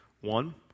One